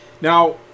Now